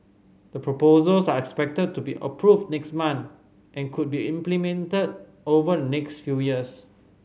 the proposals are expected to be approved next month and could be implemented over next few years